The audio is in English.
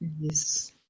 Yes